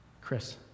Chris